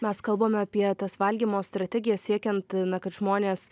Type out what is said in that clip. mes kalbame apie tas valgymo strategijas siekiant na kad žmonės